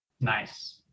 Nice